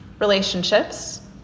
Relationships